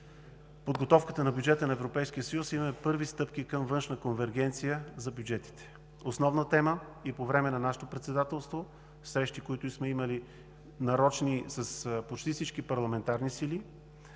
подготовката на бюджета на Европейския съюз имаме първи стъпки към външна конвергенция за бюджетите, основна тема и по време на нашето председателство. В нарочни срещи, които сме имали с почти всички парламентарни сили,